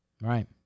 Right